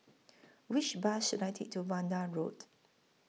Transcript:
Which Bus should I Take to Vanda Road